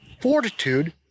fortitude